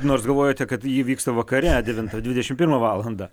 nors galvojote kad ji vyksta vakare devintą dvidešimt pirmą valandą